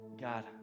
God